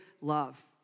love